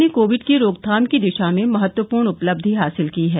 भारत ने कोविड की रोकथाम की दिशा में महत्वपूर्ण उपलब्धि हासिल की है